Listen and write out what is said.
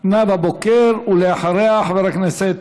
נאוה בוקר, ואחריה, חבר הכנסת